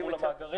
מול המאגרים.